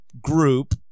group